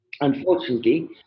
Unfortunately